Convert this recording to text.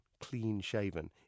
clean-shaven